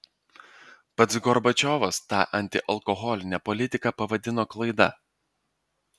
pats gorbačiovas tą antialkoholinę politiką pavadino klaida